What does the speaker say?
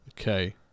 Okay